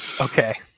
Okay